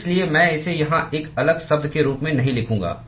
इसलिए मैं इसे यहां एक अलग शब्द के रूप में नहीं लिखूंगा